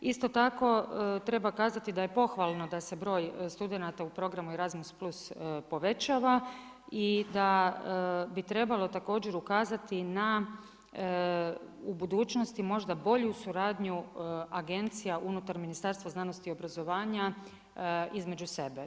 Isto tako, treba kazati da je pohvalno da se broj studenata u programu Erasmus plus povećava i da bi trebalo također ukazati na u budućnosti možda bolju suradnju agencija unutar Ministarstva znanosti, obrazovanja između sebe.